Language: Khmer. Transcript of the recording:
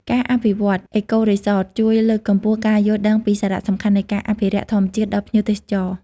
ការអភិវឌ្ឍ អេកូរីសត ជួយលើកកម្ពស់ការយល់ដឹងពីសារៈសំខាន់នៃការអភិរក្សធម្មជាតិដល់ភ្ញៀវទេសចរ។